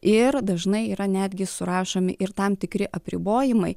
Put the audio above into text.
ir dažnai yra netgi surašomi ir tam tikri apribojimai